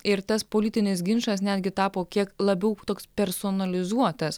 ir tas politinis ginčas netgi tapo kiek labiau toks personalizuotas